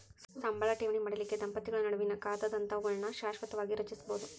ಸಂಬಳ ಠೇವಣಿ ಮಾಡಲಿಕ್ಕೆ ದಂಪತಿಗಳ ನಡುವಿನ್ ಖಾತಾದಂತಾವುಗಳನ್ನ ಶಾಶ್ವತವಾಗಿ ರಚಿಸ್ಬೋದು